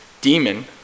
demon